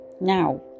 now